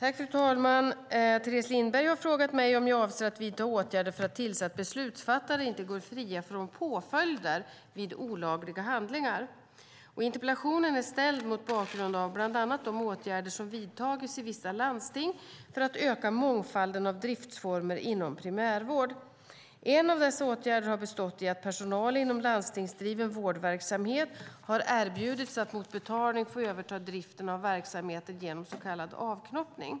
Fru talman! Teres Lindberg har frågat mig om jag avser att vidta åtgärder för att tillse att beslutsfattare inte går fria från påföljder vid olagliga handlingar. Interpellationen är ställd mot bakgrund av bland annat de åtgärder som vidtagits i vissa landsting för att öka mångfalden av driftsformer inom primärvård. En av dessa åtgärder har bestått i att personal inom landstingsdriven vårdverksamhet har erbjudits att mot betalning få överta driften av verksamheter genom så kallad avknoppning.